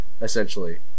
essentially